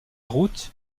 route